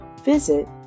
visit